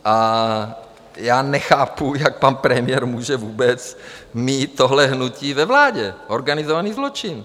A já nechápu, jak pan premiér může vůbec mít tohle hnutí ve vládě, organizovaný zločin?